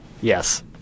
Yes